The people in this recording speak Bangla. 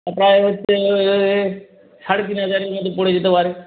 তা প্রায় হচ্ছে সাড়ে তিন হাজারের মতো পড়ে যেতে পারে